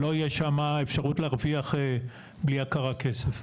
שלא תהיה שם אפשרות להרוויח בלי הכרה כסף.